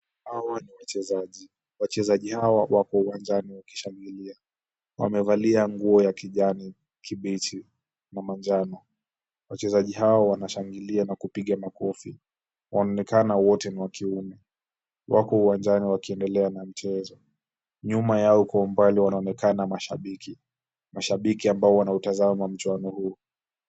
Hawa ni wachezaji. Wachezaji hawa wako uwanjani wakishangilia. Wamevalia nguo ya kijani kibichi na manjano. Wachezaji hawa wanashangilia na kupiga makofi. Wanaonekana wote ni wa kiume. Wako uwanjani wakiendelea na mchezo. Nyuma yao kwa umbali wanaonekana mashabiki, mashabiki ambao wanautazama mchuano huo.